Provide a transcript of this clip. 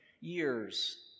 years